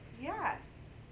yes